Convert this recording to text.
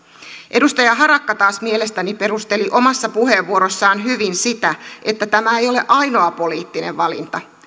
edustaja harakka taas mielestäni perusteli omassa puheenvuorossaan hyvin sitä että tämä ei ole ainoa poliittinen valinta